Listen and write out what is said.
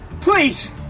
please